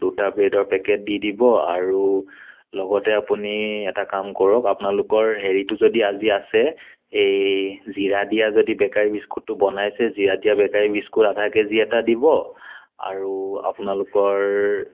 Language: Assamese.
দুটা ব্ৰেডৰ পেকেট দি দিব আৰু লগতে আপুনি এটা কাম কৰক আপোনালোকৰ হেৰিটো যদি আজি আছে এই জিৰা দিয়া যদি বেকাৰী বিস্কুটটো বনাইছে জিৰা দিয়া বেকাৰী বিস্কুট আধা কেজি এটা দিব আৰু আপোনালোকৰ